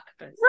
Right